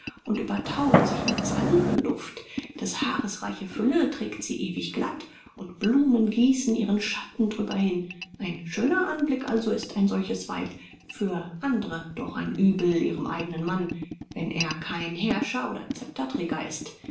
und überthauet sich mit salbenduft des haares reiche fülle trägt sie ewig glatt und blumen gießen ihren schatten dr'über hin ein schöner anblick also ist ein solches weib für and're doch ein uebel ihrem eignen mann wenn er kein herrscher oder scepterträger ist